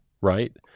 right